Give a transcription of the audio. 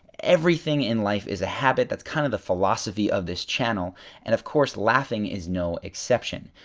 everything in life is a habit that's kind of the philosophy of this channel and of course laughing is no exception.